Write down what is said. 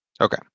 Okay